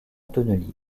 tonnelier